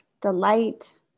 delight